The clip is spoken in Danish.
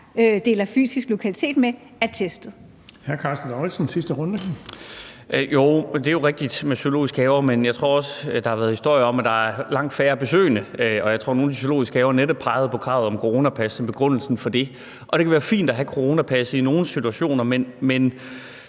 den sidste runde. Kl. 16:37 Karsten Lauritzen (V): Jo, det er rigtigt med zoologiske haver, men der har også været historier om, at der er langt færre besøgende, og jeg tror, at nogle af de zoologiske haver netop pegede på kravet om coronapas som begrundelse for det. Det kan være fint at have coronapasset i nogle situationer, men